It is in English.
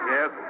Yes